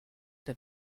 der